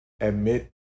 admit